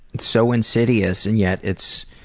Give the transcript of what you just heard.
so insidious. and yet it's